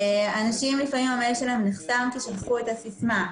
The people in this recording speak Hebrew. לפעמים לאנשים המייל נחסם כי שכחו את הסיסמה.